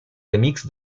remix